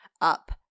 up